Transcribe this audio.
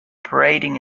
parading